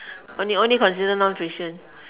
only only consider non fiction